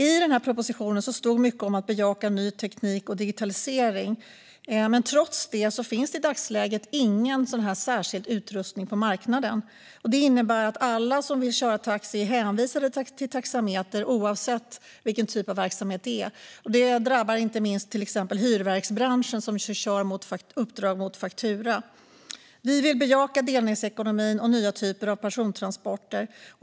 I propositionen stod mycket om att bejaka ny teknik och digitalisering. Men trots det finns i dagsläget ingen särskild utrustning på marknaden. Det innebär att alla som vill köra taxi är hänvisade till taxameter oavsett vilken verksamhet det är. Detta drabbar inte minst exempelvis hyrverksbranschen som kör på uppdrag mot faktura. Vi i Moderaterna vill bejaka delningsekonomin och nya typer av persontransporter.